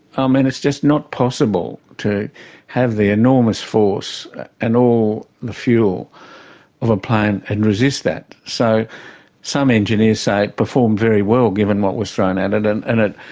um and it's just not possible to have the enormous force and all the fuel of a plane and resist that. so some engineers say it performed very well, given what was thrown at it. and, and you